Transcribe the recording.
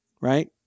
right